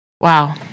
Wow